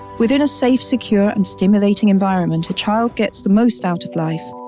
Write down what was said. within a safe secure and stimulating environment, a child gets the most out of life.